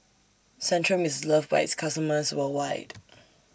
Centrum IS loved By its customers worldwide